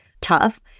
tough